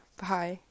bye